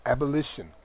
Abolition